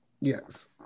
Yes